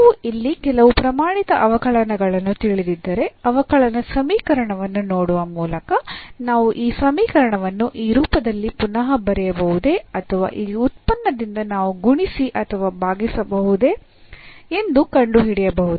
ನಾವು ಇಲ್ಲಿ ಕೆಲವು ಪ್ರಮಾಣಿತ ಅವಕಲನಗಳನ್ನು ತಿಳಿದಿದ್ದರೆ ಅವಕಲನ ಸಮೀಕರಣವನ್ನು ನೋಡುವ ಮೂಲಕ ನಾವು ಈ ಸಮೀಕರಣವನ್ನು ಈ ರೂಪದಲ್ಲಿ ಪುನಃ ಬರೆಯಬಹುದೇ ಅಥವಾ ಈ ಉತ್ಪನ್ನದಿಂದ ನಾವು ಗುಣಿಸಿ ಅಥವಾ ಭಾಗಿಸಬಹುದೇ ಎಂದು ಕಂಡುಹಿಡಿಯಬಹುದು